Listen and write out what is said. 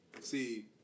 See